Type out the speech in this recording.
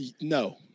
No